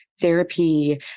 therapy